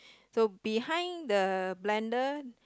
so behind the blender